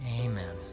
amen